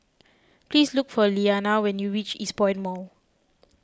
please look for Lilyana when you reach Eastpoint Mall